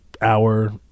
hour